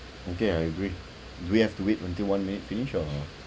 okay I agree we have to wait until one minute finish or